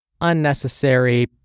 unnecessary